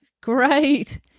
Great